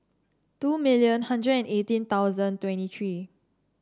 two million a hundred and eighteen twenty three